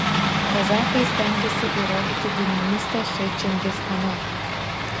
kazachai stengiasi įrodyti giminystę su čingischanu